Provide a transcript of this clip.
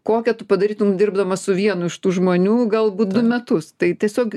kokią tu padarytum dirbdamas su vienu iš tų žmonių galbūt du metus tai tiesiog